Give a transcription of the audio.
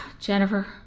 Jennifer